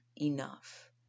enough